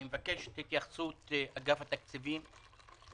אני מבקש את התייחסות אגף התקציבים,